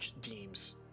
deems